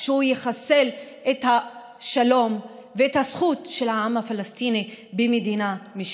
לכך שהוא יחסל את השלום ואת הזכות של העם הפלסטיני למדינה משלו.